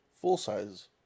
full-size